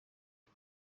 ati